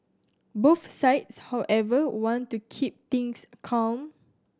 both sides however want to keep things calm